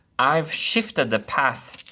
i've shifted the path,